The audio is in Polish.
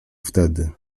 wtedy